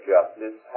Justice